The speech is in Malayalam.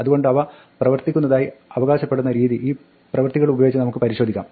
അതുകൊണ്ട് അവ പ്രവർത്തിക്കുന്നതായി അവകാശപ്പെടുന്ന രീതി ഈ പ്രവൃത്തികളുപയോഗിച്ച് നമുക്ക് പരിശോധിക്കാം